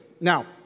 Now